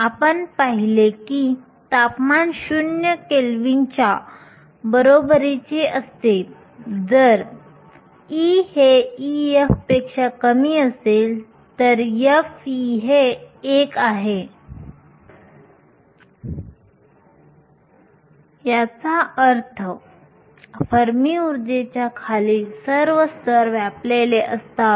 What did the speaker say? आपण पाहिले की तापमान शून्य केल्विनच्या बरोबरीचे असते जर E हे Ef पेक्षा कमी असेल तर f हे 1 असते याचा अर्थ फर्मी उर्जेच्या खालील सर्व स्तर व्यापलेले असतात